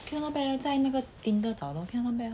okay lah not bad ah 在那个 Tinder 找到 can ah not bad